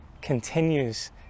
continues